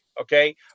Okay